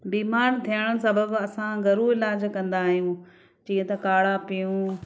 बीमार थियणु सबबु असां घरु इलाजु कंदा आहियूं जीअं त काढ़ा पियूं